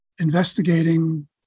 investigating